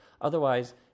Otherwise